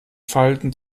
falten